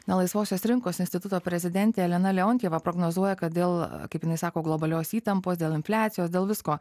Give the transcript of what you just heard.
na laisvosios rinkos instituto prezidentė elena leontjeva prognozuoja kad dėl kaip jinai sako globalios įtampos dėl infliacijos dėl visko